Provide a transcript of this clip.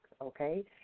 okay